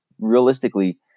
Realistically